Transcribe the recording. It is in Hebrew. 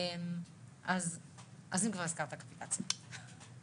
אז אם כבר הזכרת קפיטציה.